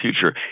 future